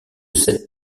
sept